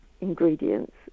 ingredients